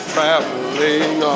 Traveling